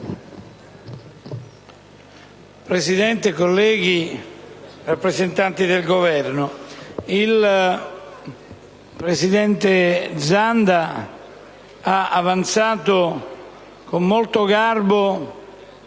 Presidente, colleghi, rappresentanti del Governo, il presidente Zanda ha avanzato con molto garbo,